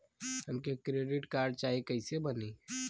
हमके credit card चाही कैसे बनी?